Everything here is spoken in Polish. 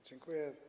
Dziękuję.